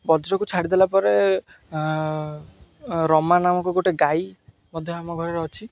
ବଜ୍ରକୁ ଛାଡ଼ିଦେଲା ପରେ ରମା ନାମକ ଗୋଟେ ଗାଈ ମଧ୍ୟ ଆମ ଘରରେ ଅଛି